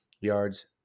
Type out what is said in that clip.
yards